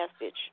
message